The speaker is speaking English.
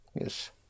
yes